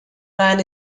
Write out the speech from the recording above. man